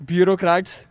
Bureaucrats